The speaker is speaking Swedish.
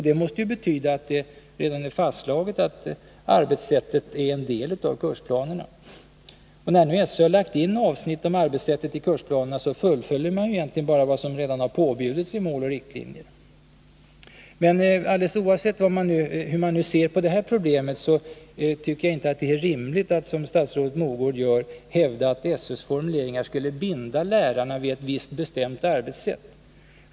Det måste ju betyda att det redan är fastslaget att arbetssättet är en del av kursplanerna. När nu SÖ lagt in avsnitt om arbetssättet i kursplanerna, så fullföljer man egentligen bara vad som påbjudits i Mål och riktlinjer. Men alldeles oavsett hur man nu ser på det här problemet, så tycker jag att det inte är rimligt att, som statsrådet Mogård gör, hävda att SÖ:s formuleringar skulle binda lärarna vid ett visst bestämt arbetssätt.